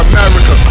America